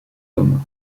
hommes